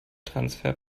transfer